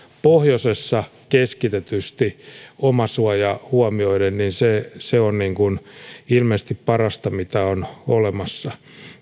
pohjoisessa keskitetysti omasuoja huomioiden on ilmeisesti parasta mitä on olemassa